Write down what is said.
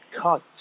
cut